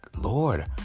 Lord